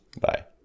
Bye